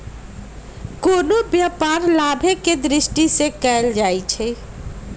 कोनो व्यापार लाभे करेके दृष्टि से कएल जाइ छइ